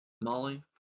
Molly